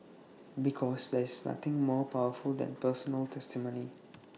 because there is nothing more powerful than personal testimony